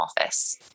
office